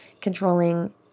controlling